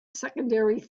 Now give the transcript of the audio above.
secondary